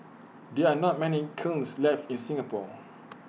there are not many kilns left in Singapore